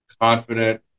confident